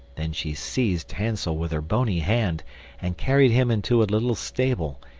then she seized hansel with her bony hand and carried him into a little stable,